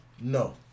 No